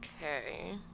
Okay